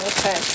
Okay